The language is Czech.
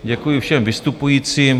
Děkuji všem vystupujícím.